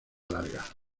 larga